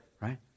right